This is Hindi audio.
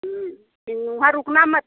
फिर वहाँ रुकना मत